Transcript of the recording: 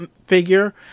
Figure